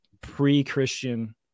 pre-christian